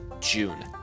June